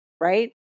right